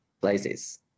places